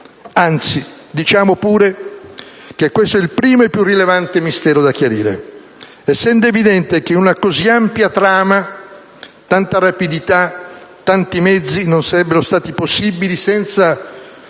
Anzi, diciamo pure che questo è il primo e più rilevante mistero da chiarire. Essendo evidente che una così ampia trama, tanta rapidità, tanti mezzi non sarebbero stati possibili senza